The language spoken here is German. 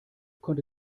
konnte